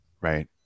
right